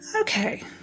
Okay